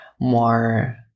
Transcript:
more